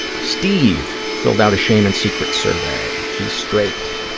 steve filled out a shame and secrets survey. he's straight.